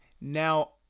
Now